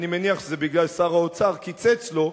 אני מניח שזה מפני ששר האוצר קיצץ לו,